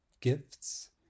gifts